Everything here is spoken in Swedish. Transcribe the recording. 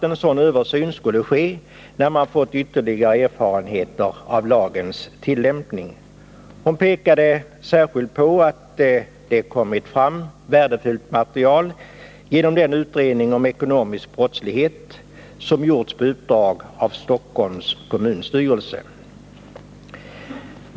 En sådan översyn skulle ske när man fått ytterligare erfarenheter av lagens tillämpning, och bostadsministern pekade särskilt på att det kommit fram värdefullt material genom den utredning om ekonomisk brottslighet som gjorts på uppdrag av Stockholms kommunstyrelse.